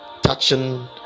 touching